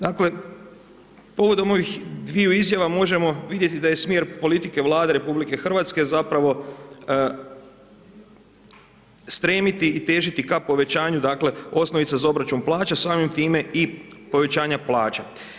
Dakle povodom ovih dviju izjava možemo vidjeti da je smjer politike Vlade RH zapravo stremiti i težiti ka povećanju dakle osnovica za obračun plaća, samim time i povećanja plaća.